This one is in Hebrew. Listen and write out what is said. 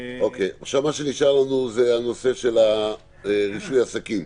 מה שנשאר לנו זה נושא ההיתר הזמני של רישוי העסקים.